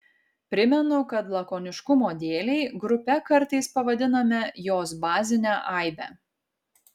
primenu kad lakoniškumo dėlei grupe kartais pavadiname jos bazinę aibę